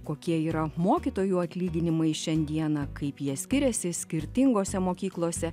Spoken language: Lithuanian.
kokie yra mokytojų atlyginimai šiandieną kaip jie skiriasi skirtingose mokyklose